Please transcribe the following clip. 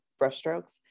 brushstrokes